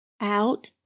Out